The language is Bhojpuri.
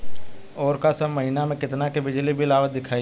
ओर का सब महीना में कितना के बिजली बिल आवत दिखाई